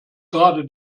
gerade